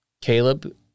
Caleb